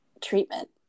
treatment